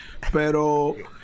pero